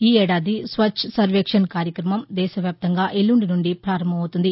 ఈ ఏడాది స్వచ్ఛసర్వేక్షణ్ కార్యక్రమం దేశవ్యాప్తంగా ఎల్లుండి పారంభమవుతుంది